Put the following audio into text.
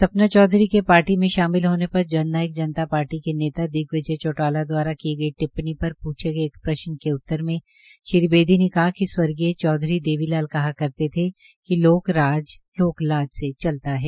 सपना चौधरी के पार्टी में शामिल होने पर जननायक जनता पार्टी के नेता दिग्विजय चौटाला दवारा की गई टिप्पणी पर प्रछे गए एक प्रश्न के उत्तर में श्री बेदी ने कहा कि स्वर्गीय चौधरी देवीलाल कहा करते थे कि लोक राज लोक लाज से चलता है